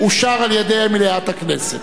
אושרה על-ידי מליאת הכנסת.